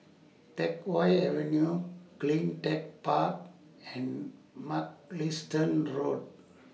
Teck Whye Avenue CleanTech Park and Mugliston Road